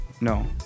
no